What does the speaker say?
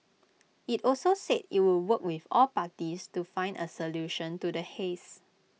IT also said IT would work with all parties to find A solution to the haze